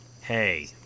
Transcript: Hey